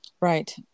right